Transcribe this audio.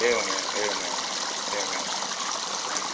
एवमेव एवमेवमेव एवमेवम् एवम्